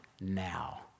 now